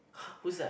who's that